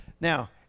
now